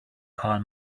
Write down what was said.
call